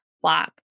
flop